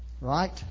Right